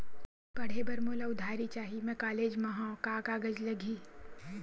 पढ़े बर मोला उधारी चाही मैं कॉलेज मा हव, का कागज लगही?